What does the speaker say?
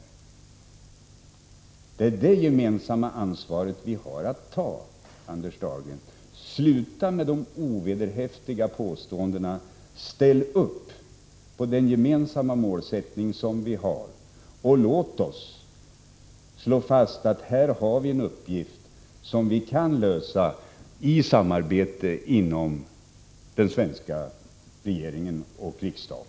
Det är det gemensamma ansvaret vi har att ta, Anders Dahlgren. Sluta med de ovederhäftiga påståendena. Ställ upp på den gemensamma målsättning vi har. Låt oss slå fast: Här har vi en uppgift som vi kan lösa i samarbete.